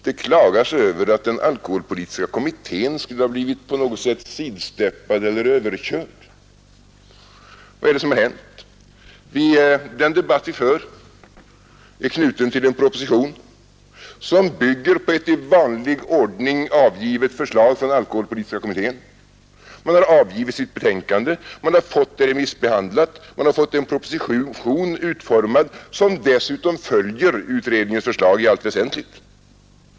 Det klagas över att alkoholpolitiska kommittén skulle ha blivit på något sätt sidsteppad eller överkörd. Vad är det som hänt? Den debatt vi för är knuten till en proposition som bygger på ett i vanlig ordning avgivet förslag från alkoholpolitiska kommittén. Man har avgivit sitt betänkande, man har fått det remissbehandlat, vi har fått en proposition utformad vilken dessutom följer utredningens förslag i allt väsentligt.